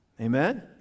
Amen